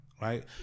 right